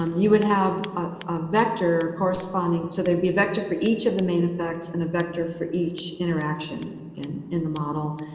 um you would have ah a vector corresponding so there'd be a vector for each of the main effects and a vector for each interaction and in the model.